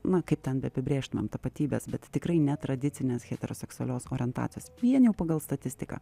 na kaip ten beapibrėžtumėm tapatybes bet tikrai netradicinės heteroseksualios orientacijos vien jau pagal statistiką